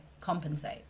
compensate